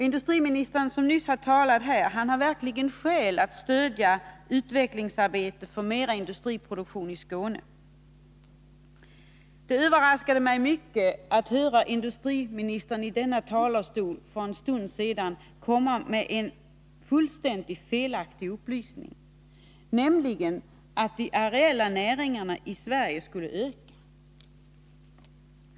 Industriministern, som nyss talat här, har verkligen skäl att stödja utvecklingsarbetet för mer industriproduktion i Skåne. Det överraskade mig mycket när jag för en stund sedan hörde industriministern från denna talarstol ge en fullständigt felaktig upplysning, nämligen att de areella näringarna i Sverige skulle öka.